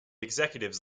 executives